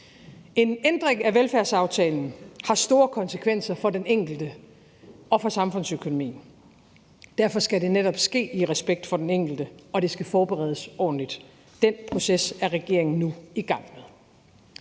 En ændring af velfærdsaftalen har store konsekvenser for den enkelte og for samfundsøkonomien. Derfor skal det netop ske i respekt for den enkelte, og det skal forberedes ordentligt. Den proces er regeringen nu i gang med.